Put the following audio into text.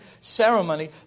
ceremony